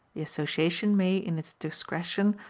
the association may, in its discretion,